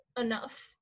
enough